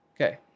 Okay